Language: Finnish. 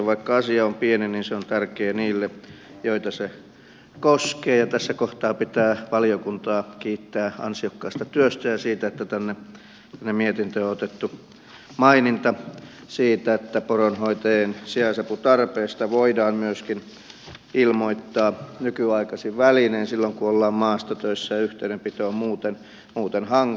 vaikka asia on pieni niin se on tärkeä niille joita se koskee ja tässä kohtaa pitää valiokuntaa kiittää ansiokkaasta työstä ja siitä että tänne mietintöön on otettu maininta siitä että poronhoitajien sijaisaputarpeesta voidaan myöskin ilmoittaa nykyaikaisin välinein silloin kun ollaan maastotöissä ja yhteydenpito on muuten hankalaa